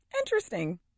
Interesting